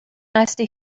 nice